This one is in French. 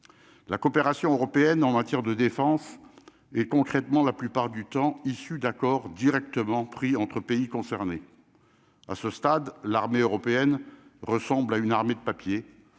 la coopération européenne en matière de défense et concrètement la plupart du temps issue d'accord directement pris entre pays concernés, à ce stade, l'armée européenne ressemble à une armée de papier,